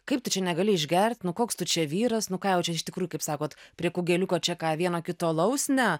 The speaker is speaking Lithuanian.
kaip tu čia negali išgert nu koks tu čia vyras nu ką jau čia iš tikrųjų kaip sakot prie kugeliuko čia ką vieno kito alaus ne